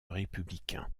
républicain